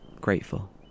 grateful